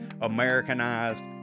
Americanized